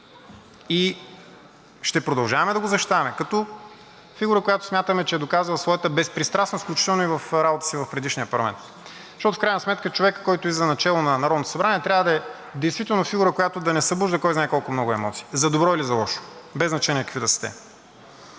И ще продължаваме да го защитаваме като фигура, която смятаме, че е доказала своята безпристрастност, включително и в работата си и в предишния парламент. Защото в крайна сметка човекът, който излиза начело на Народното събрание, трябва да е действително фигура, която да не събужда кой знае колко много емоции, за добро или за лошо, без значение какви са те.